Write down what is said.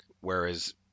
whereas